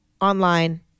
online